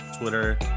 Twitter